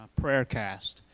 PrayerCast